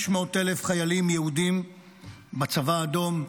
500,000 חיילים יהודים בצבא האדום,